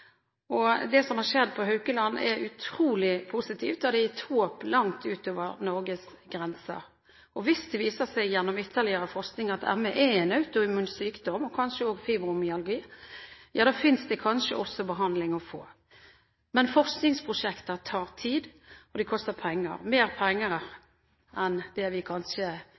forskning. Det som har skjedd på Haukeland sykehus er utrolig positivt, og det har gitt håp langt utover Norges grenser. Hvis det viser seg gjennom ytterligere forskning at ME – og kanskje også fibromyalgi – er en autoimmun sykdom, ja, da finnes det kanskje også behandling å få. Men forskningsprosjekter tar tid, og de koster penger, mer penger enn det vi kanskje